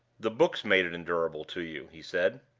the books made it endurable to you, he said.